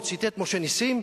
הוא ציטט את משה נסים,